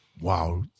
wow